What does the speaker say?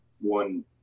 one